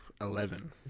Eleven